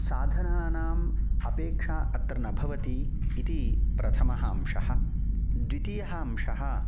साधनानाम् अपेक्षा अत्र न भवति इति प्रथमः अंशः द्वितीयः अंशः